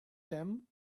them